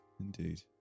indeed